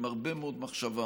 היא עם הרבה מאוד מחשבה,